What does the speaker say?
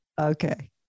Okay